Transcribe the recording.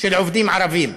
של עובדים ערבים.